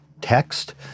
text